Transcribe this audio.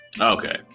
Okay